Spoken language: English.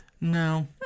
No